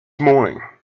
morning